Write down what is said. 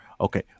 Okay